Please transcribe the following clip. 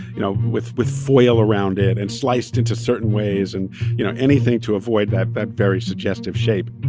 you know, with with foil around it and sliced into certain ways and you know, anything to avoid that that very suggestive shape